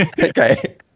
Okay